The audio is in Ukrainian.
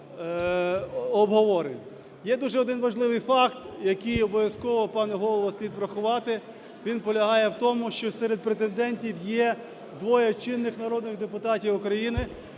Є дуже один важливий факт, який обов'язково, пане Голово, слід врахувати. Він полягає в тому, що серед претендентів є двоє чинних народних депутатів України.